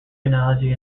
analogy